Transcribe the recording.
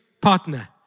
partner